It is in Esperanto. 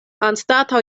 anstataŭ